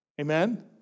Amen